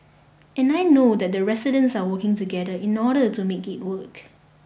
and I know that the residents are working together in order to make it work